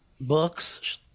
books